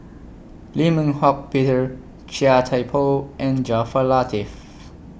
Lim Eng Hock Peter Chia Thye Poh and Jaafar Latiff